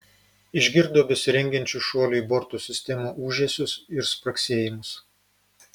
išgirdo besirengiančių šuoliui borto sistemų ūžesius ir spragsėjimus